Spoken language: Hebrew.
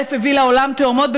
א' הביא לעולם תאומות,